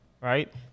right